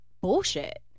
bullshit